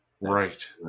right